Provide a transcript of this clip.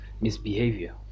misbehavior